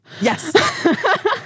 Yes